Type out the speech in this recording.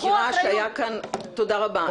תודה רבה.